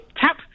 tap